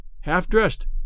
half-dressed